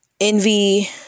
envy